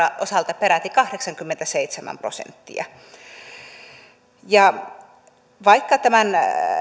osalta peräti kahdeksankymmentäseitsemän prosenttia vaikka tämän